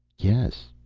yes.